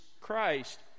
Christ